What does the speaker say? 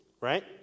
right